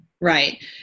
Right